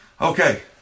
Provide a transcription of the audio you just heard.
Okay